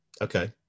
Okay